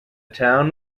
town